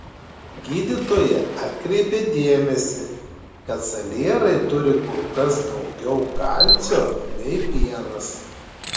gydytoja atkreipė dėmesį kad salierai turi kur kas daugiau kalcio nei pienas